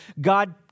God